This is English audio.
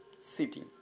City